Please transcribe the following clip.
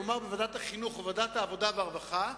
כלומר בוועדת החינוך ובוועדת העבודה והרווחה,